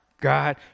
God